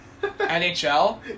NHL